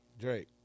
Drake